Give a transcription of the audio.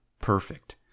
perfect